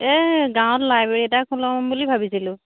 এই গাঁৱত লাইব্ৰেৰী এটা খোলাম বুলি ভাবিছিলোঁ